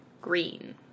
Green